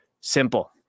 simple